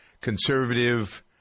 Conservative